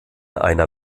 einer